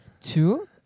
Two